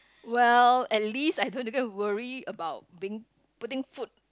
well at least I don't have to go worry about being putting food